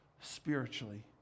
spiritually